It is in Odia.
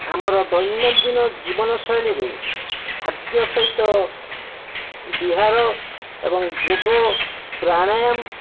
ଆମର ଦୈନନ୍ଦିନ ଜୀବନଶୈଳୀରେ ଖାଦ୍ୟ ସହିତ ବିହାର ଏବଂ ଯୋଗ ପ୍ରାଣାୟମ୍